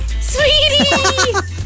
Sweetie